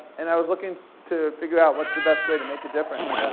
and i was lookin' to figure out what's the best way to make a difference.